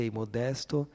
modesto